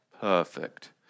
perfect